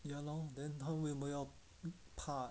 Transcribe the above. ya lor then 她为什么要怕